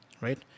right